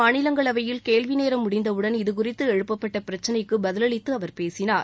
மாநிலங்களவையில் கேள்விநேரம் முடிந்தவுடன் இதுகுறித்து எழுப்பப்பட்ட இன்று பிரச்சினைக்கு பதில் அளித்து அவர் பேசினார்